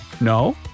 No